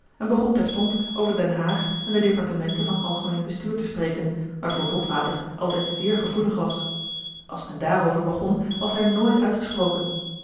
en begon terstond over den haag en de departementen van algemeen bestuur te spreken waarvoor botwater altijd zeer gevoelig was als men daarover begon was hij nooit uitgesproken